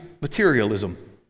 materialism